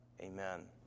amen